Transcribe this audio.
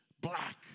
Black